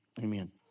amen